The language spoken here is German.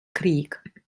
krieg